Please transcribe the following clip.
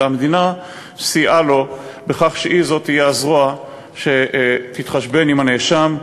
אלא המדינה סייעה לו בכך שהיא שתהיה הזרוע שתתחשבן עם הנאשם,